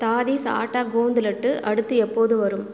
தாதீஸ் ஆட்டா கோந்து லட்டு அடுத்து எப்போது வரும்